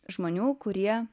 žmonių kurie